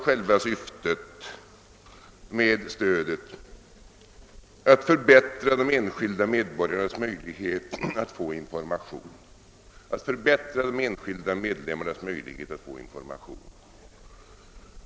Själva syftet med stödet är alltså att förbättra den enskilda medborgarens möjlighet att få information.